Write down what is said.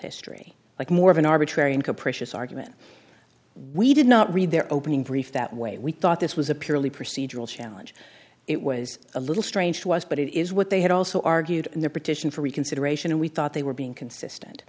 history like more of an arbitrary and capricious argument we did not read their opening brief that way we thought this was a purely procedural challenge it was a little strange to us but it is what they had also argued in their petition for reconsideration and we thought they were being consistent